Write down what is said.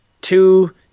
two